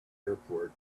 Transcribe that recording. airport